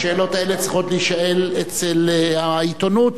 השאלות האלה צריכות להישאר אצל העיתונות,